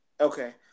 Okay